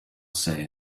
say